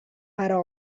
però